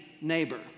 neighbor